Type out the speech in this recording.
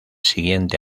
siguiente